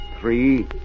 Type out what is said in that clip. three